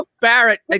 Barrett